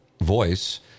voice